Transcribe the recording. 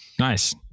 Nice